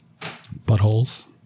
Buttholes